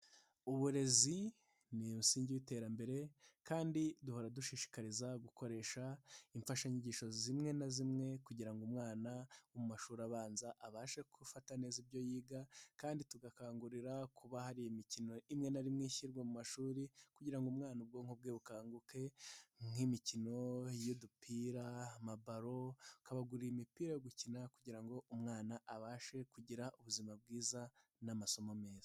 Uburezi ni umusingi w'iterambere kandi duhora dushishikariza gukoresha imfashanyigisho zimwe na zimwe kugira ngo umwana wo mu mashuri abanza abashe gufata neza ibyo yiga, kandi tugakangurira kuba hari imikino imwe na rimwe ishyirwa mu mashuri kugira ngo umwana ubwonko bwe bukanguke nk'imikino y'udupira, ama balo ukabagurira imipira yo gukina kugira ngo umwana abashe kugira ubuzima bwiza n'amasomo meza.